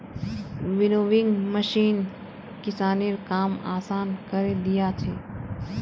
winnowing machine किसानेर काम आसान करे दिया छे